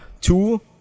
Two